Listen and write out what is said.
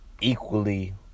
equally